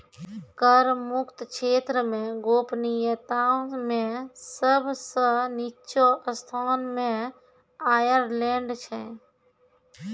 कर मुक्त क्षेत्र मे गोपनीयता मे सब सं निच्चो स्थान मे आयरलैंड छै